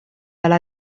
alla